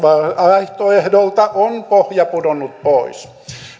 vaihtoehdoltanne on pohja pudonnut pois